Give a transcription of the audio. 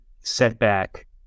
setback